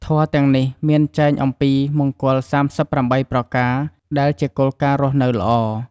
ធម៌ទាំងនេះមានចែងអំពីមង្គល៣៨ប្រការ ដែលជាគោលការណ៍រស់នៅល្អ។